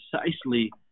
precisely